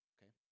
Okay